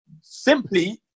simply